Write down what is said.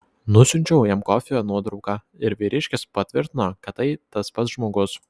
nusiunčiau jam kofio nuotrauką ir vyriškis patvirtino kad tai tas pats žmogus